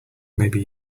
maybe